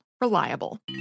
reliable